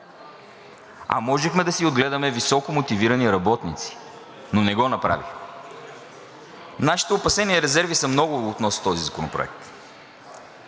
а можехме да си отгледаме високомотивирани работници, но не го направихме. Нашите опасения и резерви са много относно този законопроект.